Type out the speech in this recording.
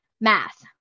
math